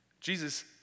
Jesus